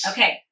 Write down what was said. Okay